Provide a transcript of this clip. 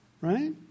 right